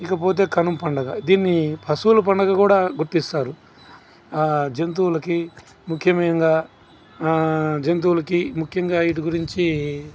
ఇకపోతే కనుమ పండుగ దీన్ని పశువుల పండుగ కూడా గుర్తిస్తారు జంతువులకి ముఖ్యంగా జంతువులకి ముఖ్యంగా వీటి గురించి